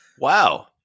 Wow